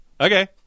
Okay